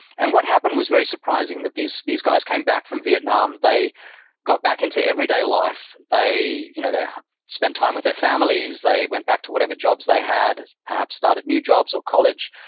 and what happened was very surprising, that these these guys came back from vietnam. they got back into everyday life. they you know they spent time with their families. they went back at whatever jobs they had, perhaps started new jobs or college,